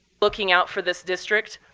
looking out for this district.